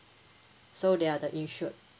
so they are the insured